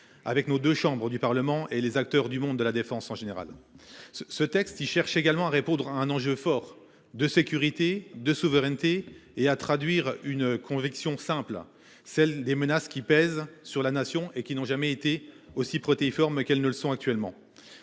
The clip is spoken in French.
avec nos deux chambres du Parlement et les acteurs du monde de la défense en général. Ce texte il cherche également à répondre à un enjeu fort de sécurité de souveraineté et à traduire une conviction simple à celle des menaces qui pèsent sur la nation et qui n'ont jamais été aussi protéiforme qu'elles ne le sont actuellement.